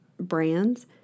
brands